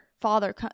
Father